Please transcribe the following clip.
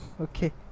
okay